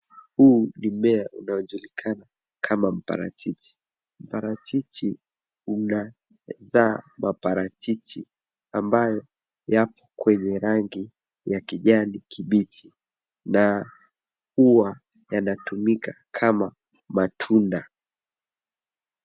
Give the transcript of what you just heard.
Huu ni mmea unaojulikana kama mparachichi. Mparachichi unazaa maparachichi ambayo yapo kwenye rangi ya kijani kibichi na huwa yanatumika kama matunda.